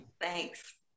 Thanks